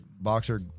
boxer